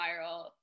viral